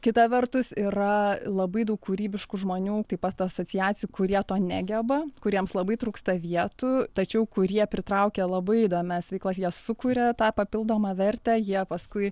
kita vertus yra labai daug kūrybiškų žmonių taip pat asociacijų kurie to negeba kuriems labai trūksta vietų tačiau kurie pritraukia labai įdomias veiklas jie sukuria tą papildomą vertę jie paskui